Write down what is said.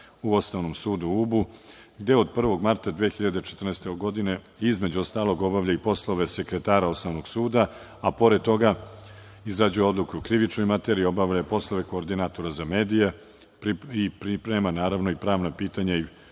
u Osnovnom sudu u Ubu, gde od 1. marta 2014. godine između ostalog obavlja poslove sekretara Osnovnog suda, a pored toga izrađuje odluke o krivičnoj materiji, obavlja poslove koordinatora za medije i priprema i pravna pitanja i